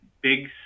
big